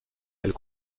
elle